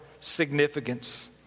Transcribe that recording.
significance